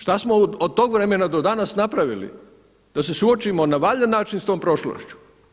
Što smo od tog vremena do danas napravili da se suočimo na valjan način s tom prošlošću?